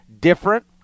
different